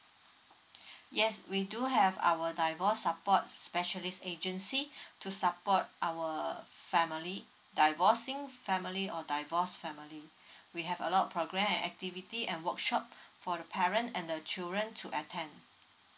yes we do have our divorce support specialist agency to support our family divorcing family or divorced family we have a lot program and activity and workshop for the parent and the children to attend